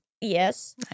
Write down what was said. Yes